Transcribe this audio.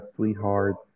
Sweetheart